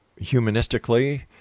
humanistically